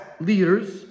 leaders